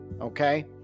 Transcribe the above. Okay